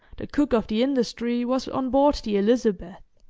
the cook of the industry was on board the elizabeth,